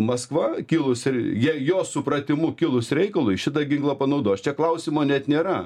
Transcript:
maskva kilus ir jei jos supratimu kilus reikalui šitą ginklą panaudos čia klausimo net nėra